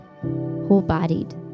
whole-bodied